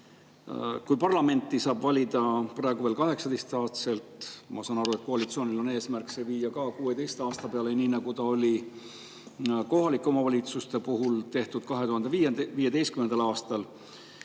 kui parlamenti saab valida praegu veel 18-aastaselt – ma saan aru, et koalitsioonil on eesmärk ka see viia 16 aasta peale, nii nagu tehti kohalike omavalitsuste puhul 2015. aastal